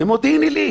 במודיעין עילית.